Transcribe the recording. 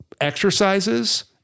exercises